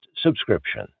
subscription